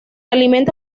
alimenta